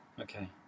Okay